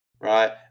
right